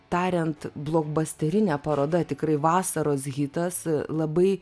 tariant blogbasterinė paroda tikrai vasaros hitas labai